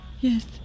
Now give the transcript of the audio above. Yes